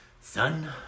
Son